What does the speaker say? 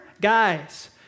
Guys